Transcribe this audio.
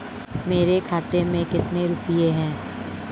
मेरे खाते में कितने रुपये हैं?